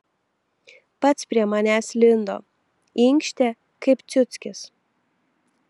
pats prie manęs lindo inkštė kaip ciuckis